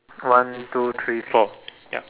one two three four ya